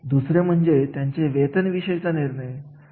येथे कार्याची किंमत बघून कामगिरीची पातळी बघून निर्णय घ्यावा लागतो